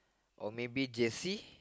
or maybe jersey